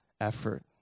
effort